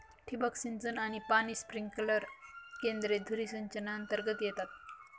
ठिबक सिंचन आणि पाणी स्प्रिंकलर केंद्रे धुरी सिंचनातर्गत येतात